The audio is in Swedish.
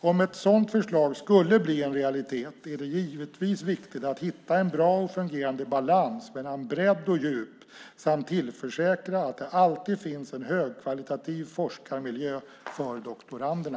Om ett sådant förslag skulle bli en realitet är det givetvis viktigt att hitta en bra och fungerande balans mellan bredd och djup samt tillförsäkra att det alltid finns en högkvalitativ forskarmiljö för doktoranderna.